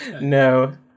no